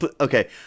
okay